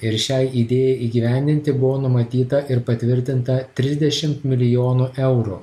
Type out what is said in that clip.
ir šiai idėjai įgyvendinti buvo numatyta ir patvirtinta trisdešimt milijonų eurų